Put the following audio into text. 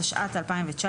התשע"ט-2019,